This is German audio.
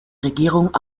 regierung